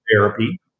therapy